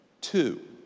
two